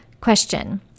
Question